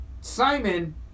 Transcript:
Simon